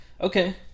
Okay